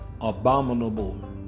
abominable